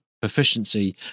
proficiency